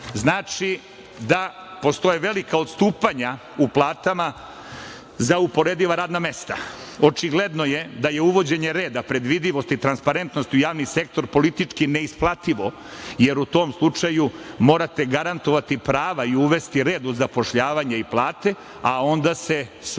Znači da postoje velika odstupanja u platama za uporediva radna mesta. Očigledno je da je uvođenje reda predvidivosti, transparentnost u javni sektor politički neisplativo, jer u tom slučaju morate garantovati prava i uvesti red u zapošljavanje i plate, a onda se smanjuje